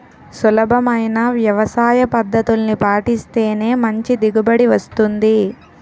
సులభమైన వ్యవసాయపద్దతుల్ని పాటిస్తేనే మంచి దిగుబడి వస్తుంది